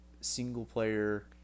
single-player